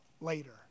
later